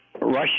Russia